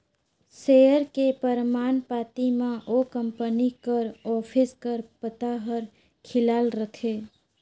share के परमान पाती म ओ कंपनी कर ऑफिस कर पता हर लिखाल रहथे